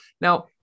now